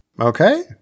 Okay